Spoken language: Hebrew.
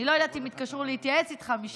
אני לא יודעת אם התקשרו להתייעץ איתך משם,